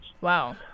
Wow